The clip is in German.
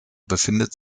befindet